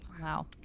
Wow